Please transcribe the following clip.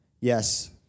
yes